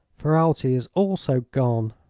ferralti is also gone,